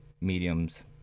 mediums